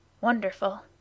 Wonderful